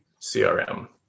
CRM